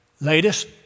Latest